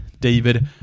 David